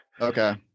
Okay